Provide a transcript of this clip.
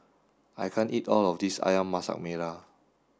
I can't eat all of this Ayam Masak Merah